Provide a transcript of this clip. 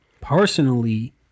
personally